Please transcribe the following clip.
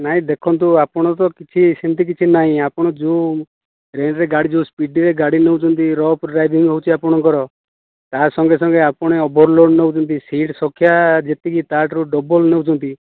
ନାଇଁ ଦେଖନ୍ତୁ ଆପଣ ତ କିଛି ସେମିତି କିଛି ନାଇଁ ଆପଣ ଯେଉଁ ରେଞ୍ଜରେ ଯେଉଁ ସ୍ପିଡ଼ରେ ଗାଡ଼ି ନେଉଛନ୍ତି ରଫ୍ ଡ୍ରାଇଭିଙ୍ଗ ହେଉଛି ଆପଣଙ୍କର ତା ସଙ୍ଗେ ସଙ୍ଗେ ଆପଣ ଓଭର ଲୋଡ଼ ନେଉଛନ୍ତି ସିଟ୍ ସଂଖ୍ୟା ଯେତିକି ତା ଠାରୁ ଡବଲ ନେଉଛନ୍ତି